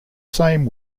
same